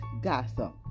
gossip